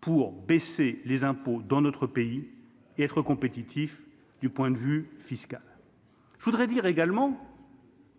pour baisser les impôts dans notre pays et être compétitif du point de vue fiscal, je voudrais dire également.